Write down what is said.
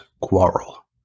quarrel